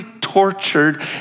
tortured